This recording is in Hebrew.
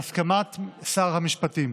בהסכמת שר המשפטים.